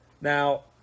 now